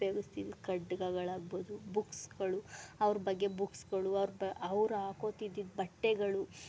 ಉಪ್ಯೋಗಿಸ್ತಿದ್ದಿದ್ ಖಡ್ಗಗಳಾಗ್ಬೋದು ಬುಕ್ಸ್ಗಳು ಅವ್ರ ಬಗ್ಗೆ ಬುಕ್ಸ್ಗಳು ಅವ್ರ ಬ ಅವ್ರು ಹಾಕೋತಿದಿದ್ ಬಟ್ಟೆಗಳು